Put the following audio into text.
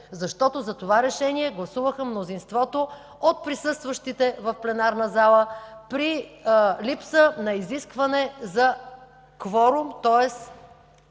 защото за това решение гласуваха мнозинството от присъстващите в пленарната зала при липса на изискване за кворум, тоест